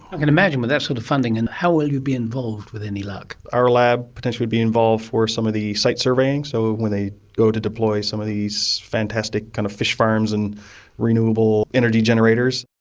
i can imagine, with that sort of funding. and how will you be involved, with any luck? our lab potentially would be involved for some of the site surveying, so when they go to deploy some of these fantastic kind of fish farms and renewable energy generators.